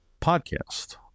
podcast